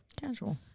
Casual